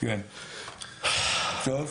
טוב,